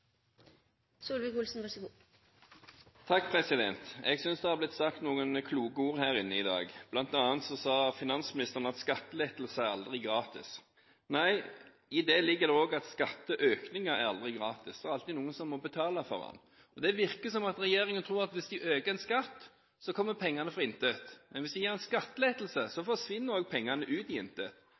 Jeg synes det har blitt sagt noen kloke ord her i dag. Blant annet sa finansministeren at skattelettelser aldri er gratis. Nei, i det ligger det også at skatteøkninger aldri er gratis. Det er alltid noen som må betale for det. Det virker som at regjeringen tror at hvis de øker en skatt, så kommer pengene fra intet, men hvis de gir en skattelettelse, så forsvinner også pengene ut i intet.